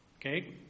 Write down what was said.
Okay